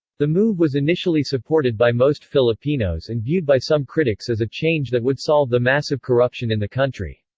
the move was initially supported by most filipinos and viewed by some critics as a change that would solve the massive corruption in the country.